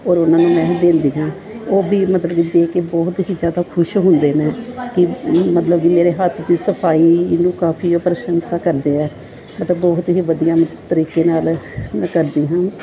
ਔਰ ਉਹਨਾਂ ਨੂੰ ਮੈਂ ਦਿੰਦੀ ਹਾਂ ਉਹ ਵੀ ਮਤਲਬ ਦੇ ਕੇ ਬਹੁਤ ਹੀ ਜ਼ਿਆਦਾ ਖੁਸ਼ ਹੁੰਦੇ ਨੇ ਕਿ ਮਤਲਬ ਕਿ ਮੇਰੇ ਹੱਥ ਦੀ ਸਫਾਈ ਇਹਨੂੰ ਕਾਫੀ ਪ੍ਰਸ਼ੰਸਾ ਕਰਦੇ ਹੈ ਮਤਲਬ ਬਹੁਤ ਹੀ ਵਧੀਆ ਤਰੀਕੇ ਨਾਲ ਮੈ ਕਰਦੀ ਹਾਂ